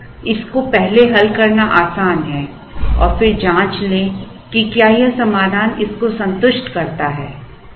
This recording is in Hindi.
तो इस को पहले हल करना आसान है और फिर जांच लें कि क्या यह समाधान इसको संतुष्ट करता है